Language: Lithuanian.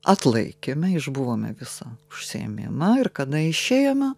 atlaikėme išbuvome visą užsiėmimą ir kada išėjome